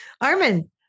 Armin